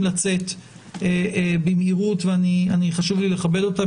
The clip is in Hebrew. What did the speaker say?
לצאת במהירות וחשוב לי לכבד אותם.